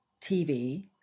TV